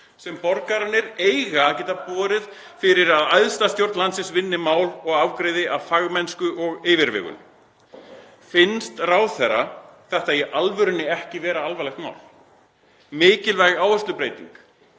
sem borgararnir eiga að geta borið til þess að æðsta stjórn landsins vinni mál og afgreiði af fagmennsku og yfirvegun.“ Finnst ráðherra þetta í alvörunni ekki vera alvarlegt mál, mikilvæg áherslubreyting,